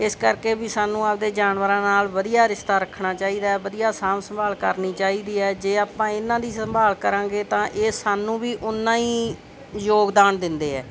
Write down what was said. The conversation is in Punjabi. ਇਸ ਕਰਕੇ ਵੀ ਸਾਨੂੰ ਆਪਦੇ ਜਾਨਵਰਾਂ ਨਾਲ ਵਧੀਆ ਰਿਸ਼ਤਾ ਰੱਖਣਾ ਚਾਹੀਦਾ ਵਧੀਆ ਸਾਂਭ ਸੰਭਾਲ ਕਰਨੀ ਚਾਹੀਦੀ ਹੈ ਜੇ ਆਪਾਂ ਇਹਨਾਂ ਦੀ ਸੰਭਾਲ ਕਰਾਂਗੇ ਤਾਂ ਇਹ ਸਾਨੂੰ ਵੀ ਓਨਾ ਹੀ ਯੋਗਦਾਨ ਦਿੰਦੇ ਹੈ